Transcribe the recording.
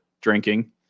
drinking